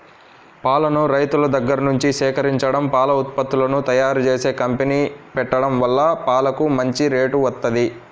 పాలను రైతుల దగ్గర్నుంచి సేకరించడం, పాల ఉత్పత్తులను తయ్యారుజేసే కంపెనీ పెట్టడం వల్ల పాలకు మంచి రేటు వత్తంది